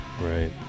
right